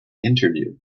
interview